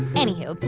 anywho, but